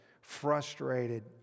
frustrated